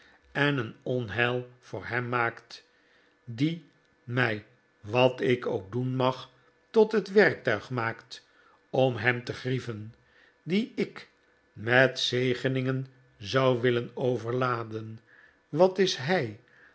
en een onheil voor hem maakt die mij wat ik ook doen mag tot het werktuig maakt om hem te grieven dien ik met zegeningen zou willen overladen wat is h